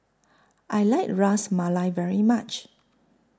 I like Ras Malai very much